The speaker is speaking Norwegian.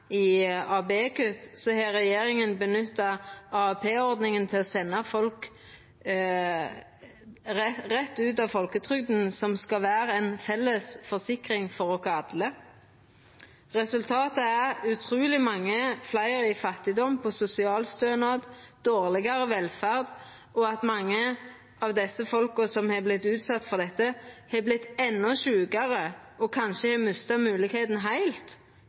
har regjeringa brukt AAP-ordninga til å senda folk rett ut av folketrygda, som skal vera ei felles forsikring for oss alle. Resultatet er utruleg mange fleire i fattigdom, på sosialstønad og dårlegare velferd, og at mange av desse folka som har vorte utsette for dette, har vorte endå sjukare og kanskje heilt har mista